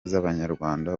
z’abanyarwanda